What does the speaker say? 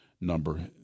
number